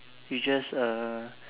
he just uh